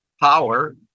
power